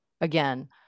again